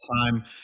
time